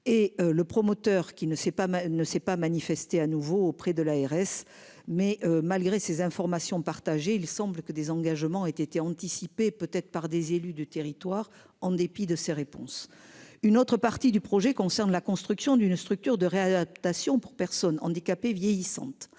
ne sait pas, ne s'est pas manifesté à nouveau auprès de l'ARS. Mais malgré ces informations partagées, il semble que des engagements était anticipée peut être par des élus du territoire en dépit de ses réponses. Une autre partie du projet concerne la construction d'une structure de réadaptation pour personnes handicapées vieillissantes,